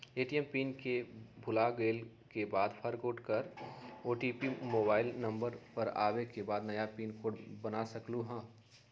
ATM के pin भुलागेल के बाद फोरगेट कर ओ.टी.पी मोबाइल नंबर पर आवे के बाद नया पिन कोड बना सकलहु ह?